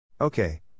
Okay